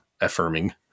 affirming